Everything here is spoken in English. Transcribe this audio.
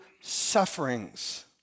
sufferings